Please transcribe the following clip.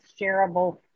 shareable